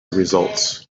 results